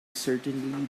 certainly